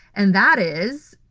and that is,